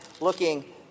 looking